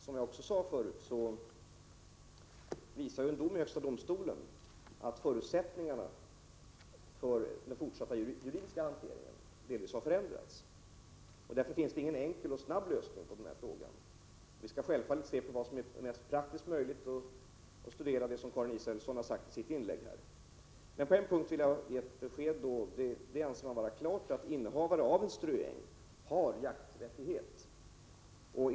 Som jag också nämnt visar en dom i högsta domstolen att förutsättningarna för den fortsatta juridiska hanteringen delvis har förändrats. Därför finns det ingen enkel och snabb lösning i den här frågan. Vi skall självfallet studera vad som är praktiskt möjligt och beakta det som Karin Israelsson har nämnt i sitt inlägg här. På en punkt vill jag ändå ge ett besked. Man anser det nämligen vara klart att innehavare av en ströäng har jakträttigheter.